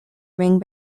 ring